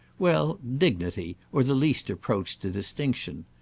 well, dignity, or the least approach to distinction.